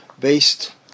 based